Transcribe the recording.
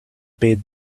bade